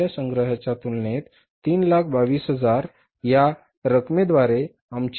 आमच्या संग्रहांच्या तुलनेत 322000 या रकमेद्वारे आमची देयके अधिक आहेत